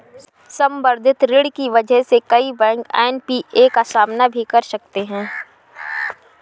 संवर्धित ऋण की वजह से कई बैंक एन.पी.ए का सामना भी कर रहे हैं